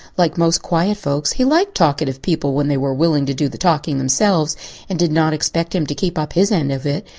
like most quiet folks he liked talkative people when they were willing to do the talking themselves and did not expect him to keep up his end of it.